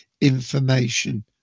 information